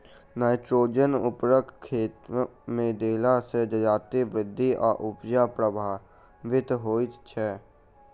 nitrogen उर्वरक खेतमे देला सॅ जजातिक वृद्धि आ उपजा प्रभावित होइत छै